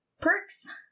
Perks